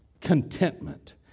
contentment